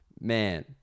Man